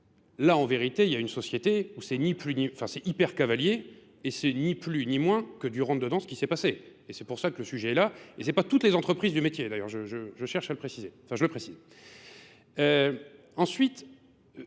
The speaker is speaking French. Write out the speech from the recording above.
Là, en vérité, il y a une société où c'est hyper cavalier et c'est ni plus ni moins que du rentre dedans ce qui s'est passé. Et c'est pour ça que le sujet est là. Et ce n'est pas toutes les entreprises du métier, d'ailleurs, je cherche à le préciser. Enfin, je le précise. Ensuite,